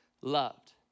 loved